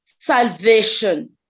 salvation